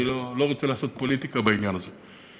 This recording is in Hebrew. אני לא רוצה לעשות פוליטיקה בעניין הזה,